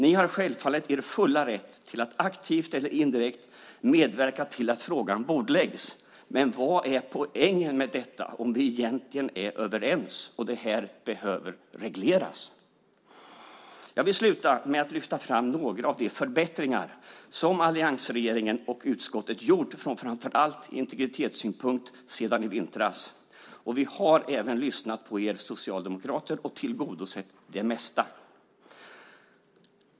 Ni har självfallet er fulla rätt att aktivt eller indirekt medverka till att frågan bordläggs, men vad är poängen med detta om vi egentligen är överens och det här behöver regleras? Jag vill avslutningsvis lyfta fram några av de förbättringar som alliansregeringen och utskottet har gjort framför allt ur integritetssynpunkt sedan i vintras. Vi har även lyssnat på er socialdemokrater och tillgodosett det mesta.